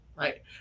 Right